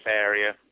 area